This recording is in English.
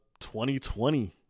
2020